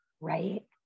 Right